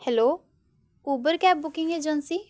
hello Uber cab booking agency